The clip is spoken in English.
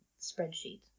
spreadsheet